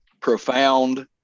profound